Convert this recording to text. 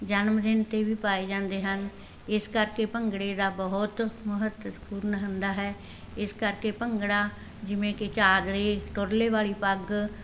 ਜਨਮ ਦਿਨ 'ਤੇ ਵੀ ਪਾਏ ਜਾਂਦੇ ਹਨ ਇਸ ਕਰਕੇ ਭੰਗੜੇ ਦਾ ਬਹੁਤ ਮਹੱਤਵਪੂਰਣ ਹੁੰਦਾ ਹੈ ਇਸ ਕਰਕੇ ਭੰਗੜਾ ਜਿਵੇਂ ਕਿ ਚਾਦਰੇ ਤੁਰਲੇ ਵਾਲੀ ਪੱਗ